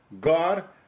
God